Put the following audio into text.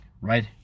right